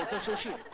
associate